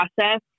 process